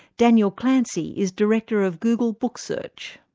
daniel clancy is director of google book search.